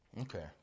Okay